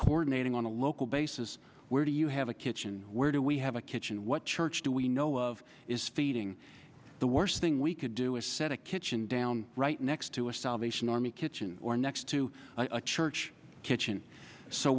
coordinating on a local basis where do you have a kitchen where do we have a kitchen what church do we know of is feeding the worst thing we could do is set a kitchen down right next to a salvation army kitchen or next to a church kitchen so